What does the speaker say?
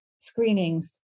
screenings